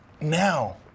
Now